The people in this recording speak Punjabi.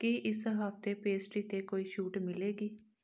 ਕੀ ਇਸ ਹਫ਼ਤੇ ਪੇਸਟਰੀ 'ਤੇ ਕੋਈ ਛੂਟ ਮਿਲੇਗੀ